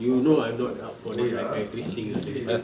you know I'm not the up for the psychiatrist thing dia kata